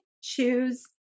choose